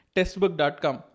Testbook.com